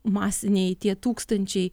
masiniai tie tūkstančiai